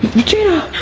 regina!